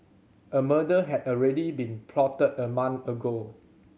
a murder had already been plotted a month ago